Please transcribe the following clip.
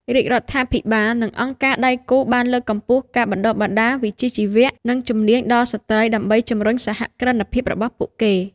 រាជរដ្ឋាភិបាលនិងអង្គការដៃគូបានលើកកម្ពស់ការបណ្តុះបណ្តាលវិជ្ជាជីវៈ និងជំនាញដល់ស្ត្រីដើម្បីជំរុញសហគ្រិនភាពរបស់ពួកគេ។